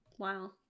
wow